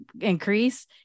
increase